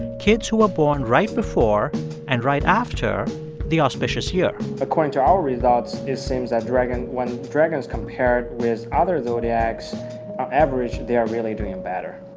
kids who are born right before and right after the auspicious year according to our results, it seems that dragon when dragons compared with other zodiacs, on average, they are really doing better